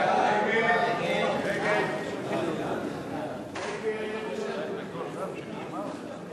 הצעת סיעת העבודה להביע אי-אמון בממשלה לא נתקבלה.